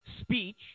speech